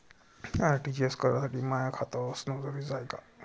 RTGS करासाठी माय खात असनं जरुरीच हाय का?